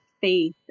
faith